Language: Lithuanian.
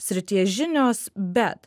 srities žinios bet